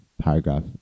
paragraph